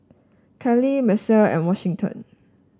Cayla Misael and Washington